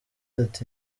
ati